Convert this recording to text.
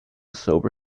sober